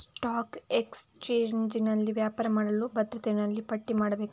stock ಎಕ್ಸ್ಚೇಂಜಿನಲ್ಲಿ ವ್ಯಾಪಾರ ಮಾಡಲು ಭದ್ರತೆಯನ್ನು ಅಲ್ಲಿ ಪಟ್ಟಿ ಮಾಡಬೇಕು